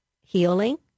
healing